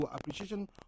appreciation